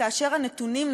כאשר הנתונים,